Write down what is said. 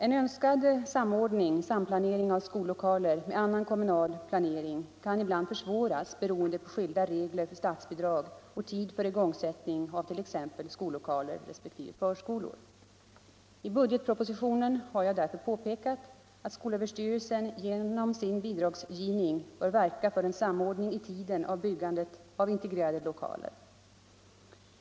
En önskvärd samordning/samplanering av skollokaler med annan kommunal planering kan ibland försvåras beroende på skilda regler för statsbidrag och tid för igångsättning av t.ex. skollokaler resp. förskolor. I budgetpropositionen har jag därför påpekat att skolöverstyrelsen genom sin statsbidragsgivning bör verka för en samordning i tiden av byggandet av integrerade lokaler.